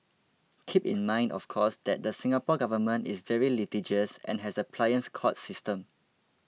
keep in mind of course that the Singapore Government is very litigious and has a pliant court system